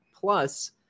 Plus